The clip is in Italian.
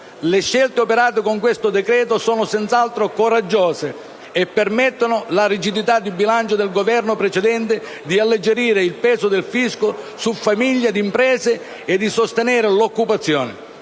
Le scelte operate con questo decreto sono senz'altro coraggiose e permettono, dopo le rigidità di bilancio del Governo precedente, di alleggerire il peso del fisco su famiglie ed imprese e di sostenere l'occupazione.